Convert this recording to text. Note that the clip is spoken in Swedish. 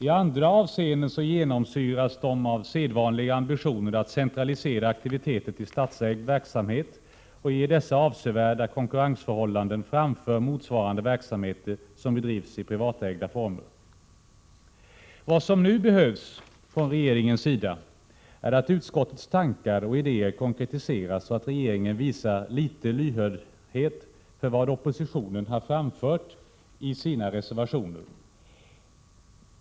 I andra avseenden genomsyras förslagen av sedvanliga ambitioner att centralisera aktiviteter till statsägda verksamheter och ge dessa avsevärt bättre konkurrensförhållanden än motsvarande verksamheter som bedrivs i privatägda former. Vad som nu behövs från regeringens sida är att utskottets tankar och idéer konkretiseras och att regeringen visar litet lyhördhet för vad oppositionen har framfört i sina reservationer.